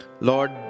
Lord